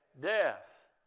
Death